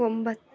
ಒಂಬತ್ತು